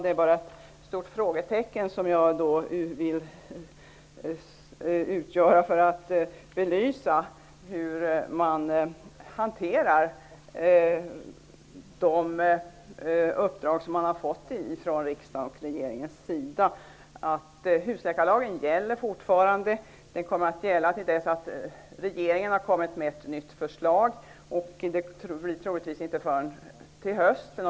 Det är bara ett stort frågetecken som jag vill påtala för att belysa hur man hanterar de uppdrag som man har fått från riksdag och regering. Husläkarlagen gäller fortfarande. Den kommer att gälla till dess att regeringen har kommit med ett nytt förslag. Det sker troligtvis inte förrän till hösten.